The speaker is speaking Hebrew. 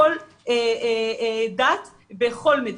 מכל דת, בכל מדינה,